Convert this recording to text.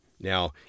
Now